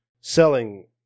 selling